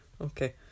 Okay